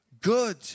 Good